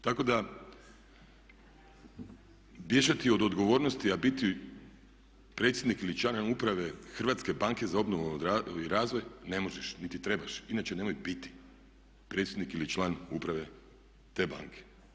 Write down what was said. Tako da bježati od odgovornosti a biti predsjednikom ili članom uprave Hrvatske banke za obnovu i razvoj ne možeš, niti trebaš, inače nemoj biti predsjednik ili član uprave te banke.